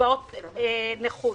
קצבאות נכות.